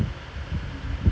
maybe we can even do like